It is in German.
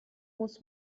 muss